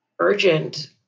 urgent